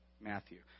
matthew